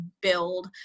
build